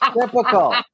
Typical